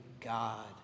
God